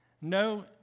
No